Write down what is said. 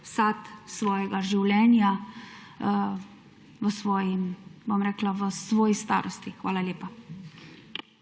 sad svojega življenja v svoji starosti. Hvala lepa.